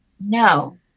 no